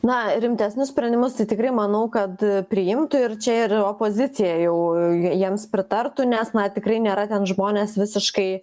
na rimtesnius sprendimus tai tikrai manau kad priimtų ir čia ir opozicija jau j jiems pritartų nes man tikrai nėra ten žmonės visiškai